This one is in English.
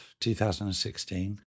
2016